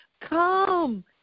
come